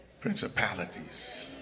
principalities